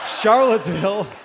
Charlottesville